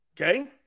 Okay